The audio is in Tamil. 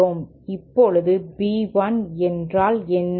இப்போது B 1 என்றால் என்ன